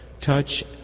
touch